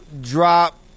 drop